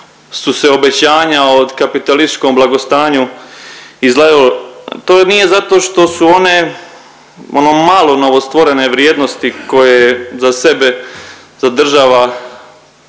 su se obećanja o kapitalističkom blagostanju …/Govornik se ne razumije./…, to nije zato što su one ono malo novostvorene vrijednosti koje za sebe zadržava